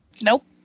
Nope